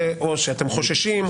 או שאתם חוששים,